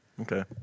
Okay